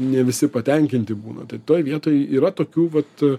ne visi patenkinti būna tai toj vietoj yra tokių vat